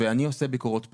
אני עושה ביקורות פתע,